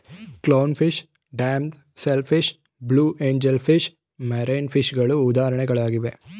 clown fish, damsel fish, blue angel fish, marine ಫಿಷಗಳು ಉದಾಹರಣೆಗಳಾಗಿವೆ